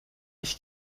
ich